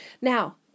Now